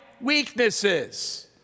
weaknesses